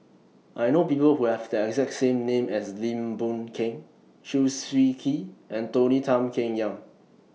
I know People Who Have The exact name as Lim Boon Keng Chew Swee Kee and Tony Tan Keng Yam